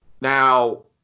Now